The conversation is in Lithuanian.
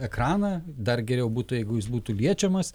ekraną dar geriau būtų jeigu jis būtų liečiamas